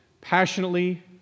passionately